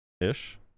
ish